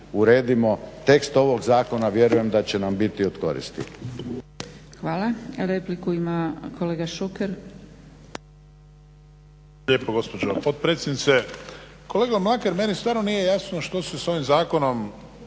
uredimo tekst ovoga zakona. Vjerujem da će nam biti od koristi.